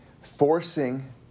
forcing